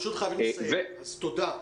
תודה.